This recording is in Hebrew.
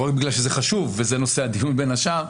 לא רק בגלל שזה חשוב וזה נושא הדיון בין השאר,